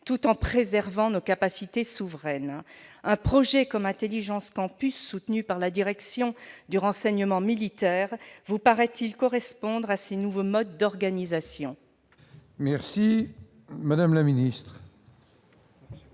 tout en préservant nos capacités souveraines ? Un projet comme Intelligence Campus, soutenu par la direction du renseignement militaire, vous paraît-il correspondre à ces nouveaux modes d'organisation ? La parole est à Mme la ministre.